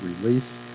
release